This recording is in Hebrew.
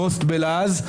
פוסט בלעז,